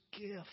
gift